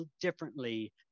differently